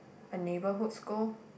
a neighbourhood school